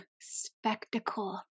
spectacle